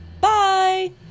Bye